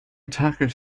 attacker